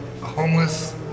homeless